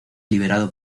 liberado